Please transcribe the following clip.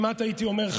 הייתי אומר,